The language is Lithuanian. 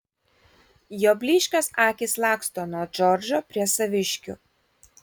jo blyškios akys laksto nuo džordžo prie saviškių